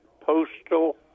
postal